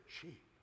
cheap